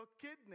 kidney